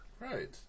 Right